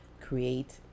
create